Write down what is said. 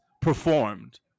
performed